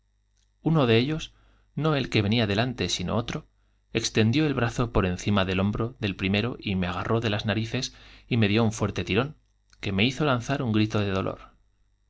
uno de ellos no el que venía delante sino otro extendió el brazo por encima del hombro del primero y me agarró de las narices y me dió un fuerte tirón que me hizo lanzar un grito de dolor